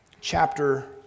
chapter